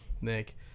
Nick